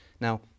Now